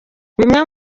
bimwe